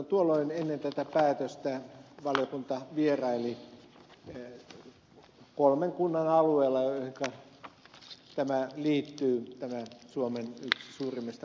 tuolloin ennen tätä päätöstä valiokunta vieraili niiden kolmen kunnan alueella joihinka liittyy tämä yksi suomen suurimmista kansallispuistoista